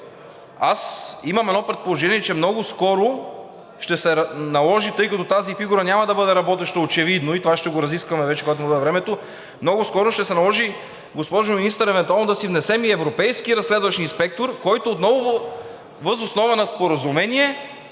аз имам едно предположение, че много скоро ще се наложи, тъй като тази фигура няма да бъде работеща – очевидно и това ще го разискваме вече, когато му дойде времето, много скоро ще се наложи, госпожо Министър, евентуално да си внесем и европейски разследващ инспектор, който отново въз основа на споразумение